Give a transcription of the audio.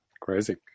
Crazy